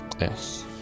yes